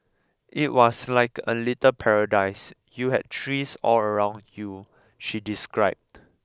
it was like a little paradise you had trees all around you she described